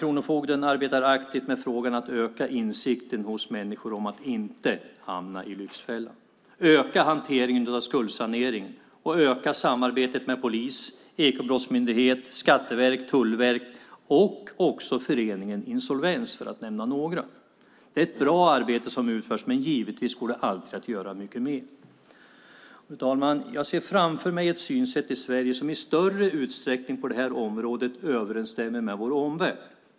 Kronofogden arbetar aktivt med frågan om att öka insikten hos människor om att inte hamna i lyxfällan, att öka hanteringen av skuldsanering och att öka samarbetet med polis, Ekobrottsmyndigheten, Skatteverket, Tullverk och också föreningen Insolvens, för att nämna några. Det är ett bra arbete som utförs, men givetvis går det alltid att göra mycket mer. Fru talman! Jag ser framför mig ett synsätt i Sverige som i större utsträckning på det här området överensstämmer med vår omvärld.